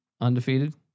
Undefeated